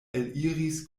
eliris